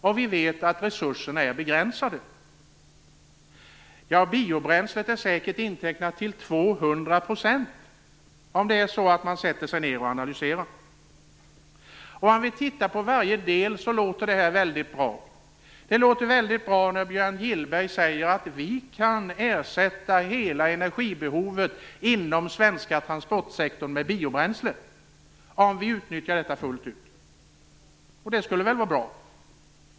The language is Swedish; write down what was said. Samtidigt vet vi att resurserna är begränsade. Biobränslet är säkert intecknat till 200 %, om man sätter sig ned och analyserar. Om vi tittar på varje del låter det väldigt bra. Det låter väldigt bra när Björn Gillberg säger att vi kan ersätta hela energibehovet inom den svenska transportsektorn med biobränsle om vi utnyttjar detta fullt ut - och det skulle väl vara bra.